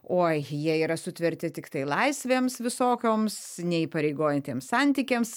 oj jie yra sutverti tiktai laisvėms visokioms neįpareigojantiems santykiams